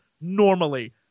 normally